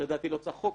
לדעתי לא צריך חוק.